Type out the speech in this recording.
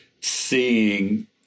seeing